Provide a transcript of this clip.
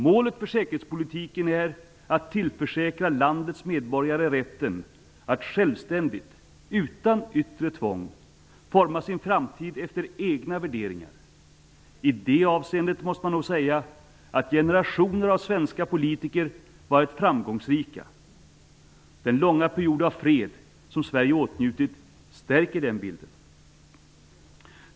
Målet för säkerhetspolitiken är att tillförsäkra landets medborgare rätten att självständigt -- utan yttre tvång -- forma sin framtid efter egna värderingar. I det avseendet måste man nog säga att generationer av svenska politiker varit framgångsrika. Den långa period av fred som Sverige åtnjutit stärker den bilden.